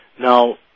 Now